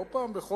לא פעם בחודש,